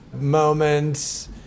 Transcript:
moments